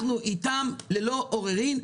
אנחנו איתם ללא עוררין.